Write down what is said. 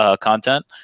content